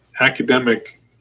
academic